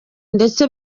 ndetse